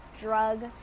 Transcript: drug